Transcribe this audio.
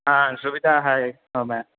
हँ सुविधा हो जाइ छै